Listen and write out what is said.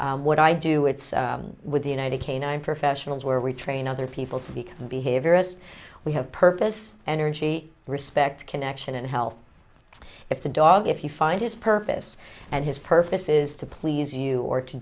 what i do it's with the united canine professionals where we train other people to be a behaviorist we have purpose energy respect connection and health if the dog if you find his purpose and his purpose is to please you or to